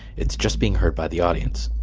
it's just being heard by the audience,